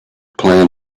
plan